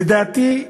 לדעתי,